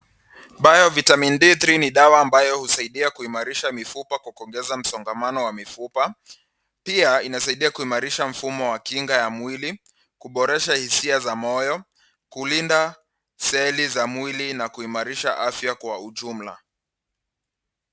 (Biovitamin D3) ni dawa ambayo husaidia kuimarisha mifupa kwa kuongeza msongamano wa mifupa. Pia inasaidia kuimarisha mfumo wa kinga ya mwili, kuboresha hisia za moyo, kulinda seli za mwili, na kuimarisha afya kwa ujumla.